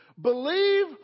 believe